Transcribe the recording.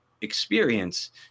experience